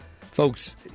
Folks